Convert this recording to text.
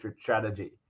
strategy